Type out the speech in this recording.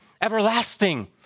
everlasting